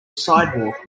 sidewalk